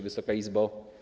Wysoka Izbo!